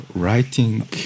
writing